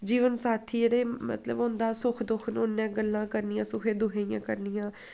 जीवन साथी एह्दे मतलब होंदा सुख दुख नुआढ़े नै गल्लां करनियां सुखै दुखै दियां करनियां